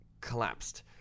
collapsed